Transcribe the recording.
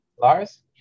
Lars